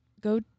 go